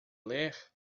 ler